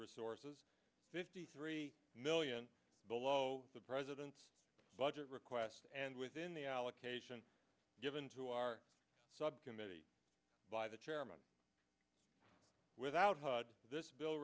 resources fifty three million below the president's budget request and within the allocation given to our subcommittee by the chairman without hud this bill